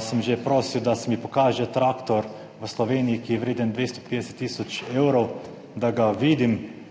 sem že prosil, da se mi pokaže traktor v Sloveniji, ki je vreden 250 tisoč evrov, da ga vidim,